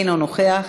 אינו נוכח,